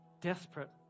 desperate